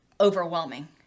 overwhelming